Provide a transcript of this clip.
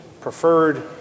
preferred